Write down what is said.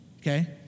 Okay